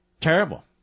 Terrible